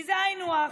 כי זה היינו הך.